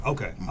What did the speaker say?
Okay